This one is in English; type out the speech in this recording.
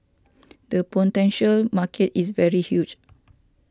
the potential market is very huge